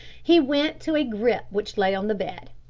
he went to a grip which lay on the bed,